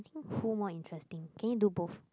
i think who more interesting can you do both